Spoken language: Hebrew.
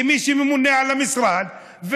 כמי שממונה על המשרד,